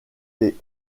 les